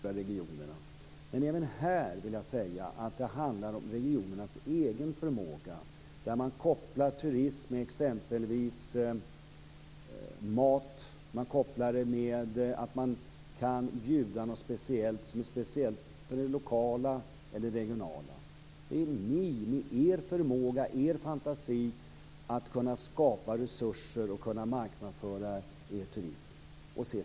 Herr talman! Även här handlar det om regionernas egen förmåga. Man kopplar turism med t.ex. mat och erbjuder något som är speciellt för det lokala eller det regionala området. Det är ni ute i länen som med er förmåga skall skapa resurser och marknadsföra er turism.